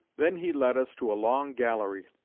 then he led us to a long gallery,